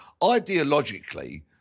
ideologically